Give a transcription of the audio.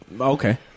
Okay